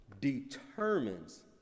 determines